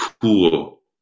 cool